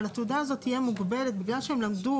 אבל התעודה הזאת תהיה מוגבלת בגלל שהם למדו